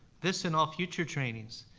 this, and all future trainings,